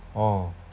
oh